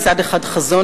מצד אחד חזון,